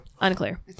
unclear